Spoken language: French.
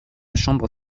chambre